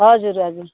हजुर हजुर